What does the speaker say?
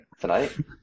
tonight